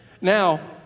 Now